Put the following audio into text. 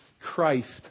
Christ